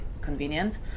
convenient